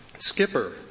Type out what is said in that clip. Skipper